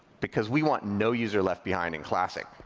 because we want no user left behind in classic.